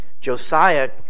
Josiah